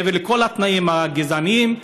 מעבר לכל התנאים הגזעניים,